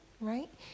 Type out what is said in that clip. right